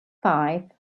five